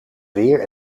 weer